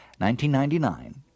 1999